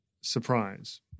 surprise